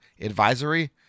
advisory